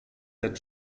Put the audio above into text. der